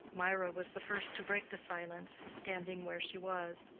mirah was the first to break the silence, standing where she was.